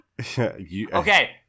Okay